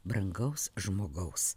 brangaus žmogaus